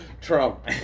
Trump